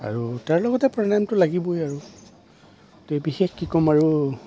আৰু তাৰ লগতে প্ৰাণায়ামটো লাগিবই আৰু তো বিশেষ কি কম আৰু